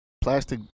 Plastic